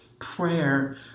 prayer